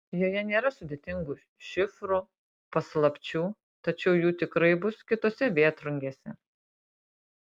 joje nėra sudėtingų šifrų paslapčių tačiau jų tikrai bus kitose vėtrungėse